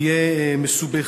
תהיה מסובכת.